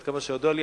עד כמה שידוע לי,